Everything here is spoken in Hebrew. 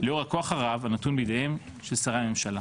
לאור הכוח הרב הנתון בידיהם של שרי הממשלה.